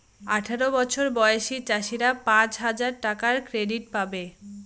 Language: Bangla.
আঠারো বছর বয়সী চাষীরা পাঁচ হাজার টাকার ক্রেডিট পাবে